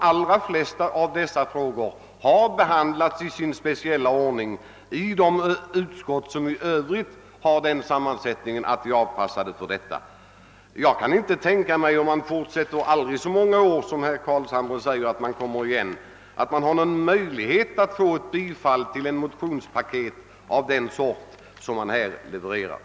Flertalet av dessa förslag har också behandlats i den ordning de skall behandlas, nämligen av de utskott i vilka de hör hemma. Även om man, som herr Carlshamre säger att man skall göra, kommer igen med dessa förslag under aldrig så många år, tror jag inte att. man har någon möjlighet att vinna bifall till ett motionspaket av den sort man här levererat.